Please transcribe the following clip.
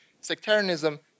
sectarianism